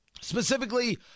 specifically